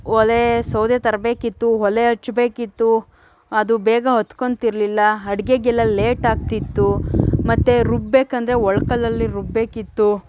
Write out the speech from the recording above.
ಒಲೆ ಸೌದೆ ತರಬೇಕಿತ್ತು ಒಲೆ ಹಚ್ಬೇಕಿತ್ತು ಅದು ಬೇಗ ಹತ್ಕೊಂತಿರ್ಲಿಲ್ಲ ಅಡಿಗೆಗೆಲ್ಲ ಲೇಟ್ ಆಗ್ತಿತ್ತು ಮತ್ತೆ ರುಬ್ಬೇಕೆಂದ್ರೆ ಒರ್ಳ್ಕಲ್ಲಲ್ಲಿ ರುಬ್ಬೇಕಿತ್ತು